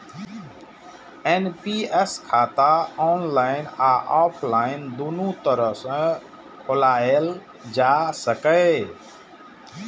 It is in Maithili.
एन.पी.एस खाता ऑनलाइन आ ऑफलाइन, दुनू तरह सं खोलाएल जा सकैए